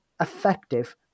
effective